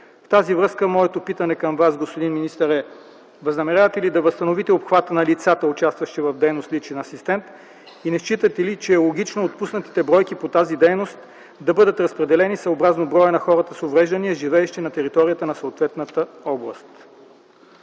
В тази връзка моето питане към Вас, господин министър, е: възнамерявате ли да възстановите обхвата на лицата, участващи в дейност „личен асистент”? Не считате ли, че е логично отпуснатите бройки по тази дейност да бъдат разпределени съобразно броя на хората с увреждания, живеещи на територията на съответната област?